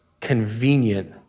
convenient